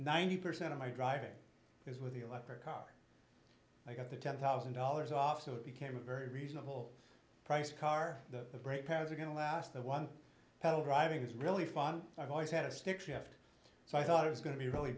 ninety percent of my driving is with the electric car i got the ten thousand dollars off so it became a very reasonable priced car the brake pads are going to last the one pedal driving is really fun i've always had a stick shift so i thought it was going to be really